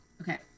Okay